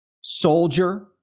soldier